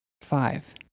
five